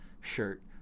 shirt